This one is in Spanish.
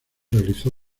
realizó